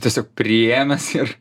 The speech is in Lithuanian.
tiesiog priėmęs ir